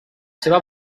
seva